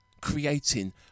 creating